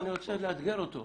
אני רוצה לאתגר אותו.